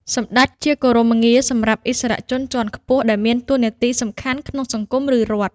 សម្ដេច ជាគោរមងារសម្រាប់ឥស្សរជនជាន់ខ្ពស់ដែលមានតួនាទីសំខាន់ក្នុងសង្គម ឬរដ្ឋ។